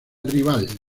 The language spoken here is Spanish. rival